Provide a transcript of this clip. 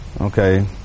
Okay